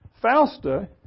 Fausta